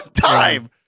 time